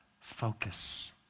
focus